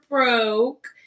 Broke